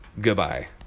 Goodbye